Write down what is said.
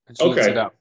Okay